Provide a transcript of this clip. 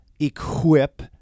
equip